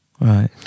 Right